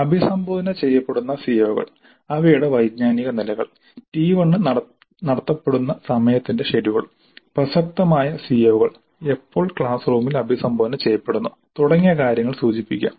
അഭിസംബോധന ചെയ്യപ്പെടുന്ന സിഒകൾ അവയുടെ വൈജ്ഞാനിക നിലകൾ ടി 1 നടത്തപ്പെടുന്ന സമയത്തിന്റെ ഷെഡ്യൂൾപ്രസക്തമായ സിഒകൾ എപ്പോൾ ക്ലാസ് റൂമിൽ അഭിസംബോധന ചെയ്യപ്പെടുന്നു തുടങ്ങിയ കാര്യങ്ങൾ സൂചിപ്പിക്കുക